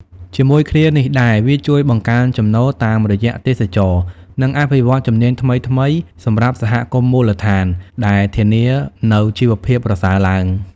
ជាមួយគ្នានេះដែរ វាជួយ បង្កើនចំណូល តាមរយៈទេសចរណ៍ និង អភិវឌ្ឍន៍ជំនាញ ថ្មីៗសម្រាប់សហគមន៍មូលដ្ឋាន ដែលធានានូវជីវភាពប្រសើរឡើង។